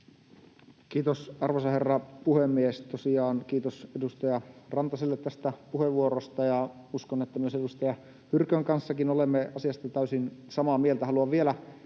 Kiitos, arvoisa herra puhemies! Tosiaan kiitos edustaja Rantaselle tästä puheenvuorosta. Ja uskon, että edustaja Hyrkönkin kanssa olemme asiasta täysin samaa mieltä.